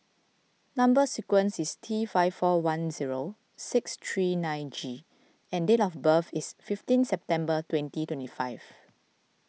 Number Sequence is T five four one zero six three nine G and date of birth is fifteen September twenty twenty five